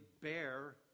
bear